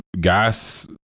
gas